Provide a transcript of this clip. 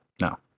no